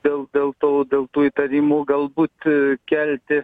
dėl dėl tų dėl tų įtarimų galbūt kelti